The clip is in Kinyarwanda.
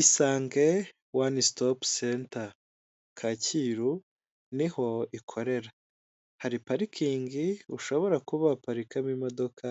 Isange wani sitopu senta, Kacyiru ni ho ikorera. Hari parikingi ushobora kuba waparikamo imodoka